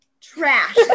Trash